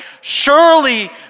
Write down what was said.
surely